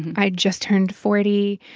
i just turned forty.